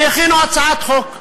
והכינו הצעת חוק.